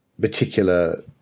particular